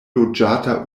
loĝata